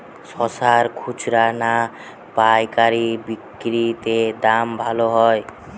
শশার খুচরা না পায়কারী বিক্রি তে দাম ভালো হয়?